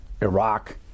Iraq